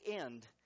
end